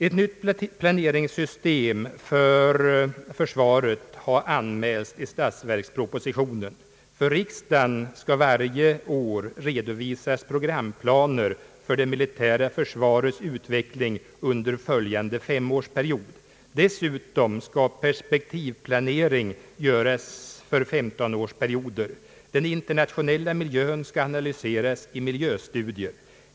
Ett nytt planeringssystem för försvaret har anmälts i försvarspropositionen. För riksdagen skall varje år redovisas programplaner för det militära försvarets utveckling under följande femårsperiod. Dessutom skall perspektivplanering göras för 15-årsperioder. Den internationella miljön skall analyseras i miljöstudier.